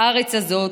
בארץ הזאת,